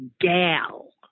gal